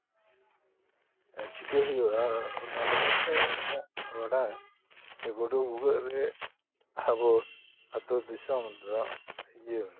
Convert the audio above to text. ᱪᱤᱠᱟᱹᱭ ᱦᱩᱭᱩᱜᱼᱟ ᱚᱱᱟ ᱞᱟᱹᱜᱤᱫᱛᱮ ᱤᱧᱟᱹᱜ ᱵᱟᱰᱟᱭ ᱥᱮ ᱜᱩᱰᱩ ᱵᱷᱩᱜᱟᱹᱜ ᱨᱮ ᱟᱵᱚ ᱟᱹᱛᱩ ᱫᱤᱥᱚᱢ ᱫᱚ ᱤᱭᱟᱹ